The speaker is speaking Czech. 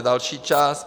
Další část.